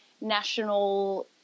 national